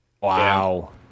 wow